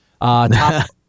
Top